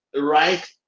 right